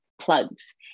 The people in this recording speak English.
plugs